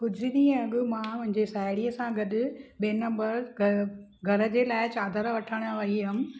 कुझु ॾींहुं अॻु मां मुंहिंजी साहेड़ीअ सां गॾु ॿिए नंबर घर घर जे लाइ चादरु वठण वई हुयमि